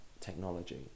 technology